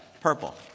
Purple